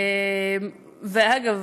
ואגב,